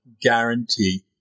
guarantee